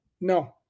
No